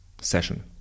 session